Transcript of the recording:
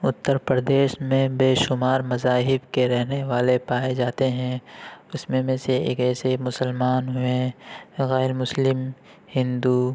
اتر پردیش میں بیشمار مذاہب کے رہنے والے پائے جاتے ہیں اس میں میں سے ایک ایسے مسلمان ہیں غیر مسلم ہندو